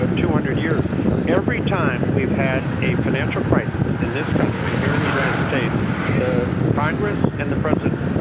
ah two hundred years every time we've had a financial crisis in this country here in the united states the congress and the president